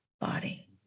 body